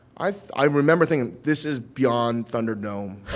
i i remember thinking this is beyond thunderdome